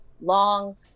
long